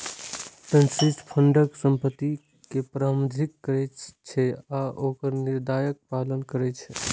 trustee फंडक संपत्ति कें प्रबंधित करै छै आ ओकर निर्देशक पालन करै छै